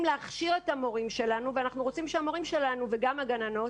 להכשיר את המורים שלנו ואנחנו רוצים שהמורים שלנו וגם הגננות